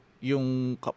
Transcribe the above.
Yung